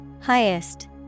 Highest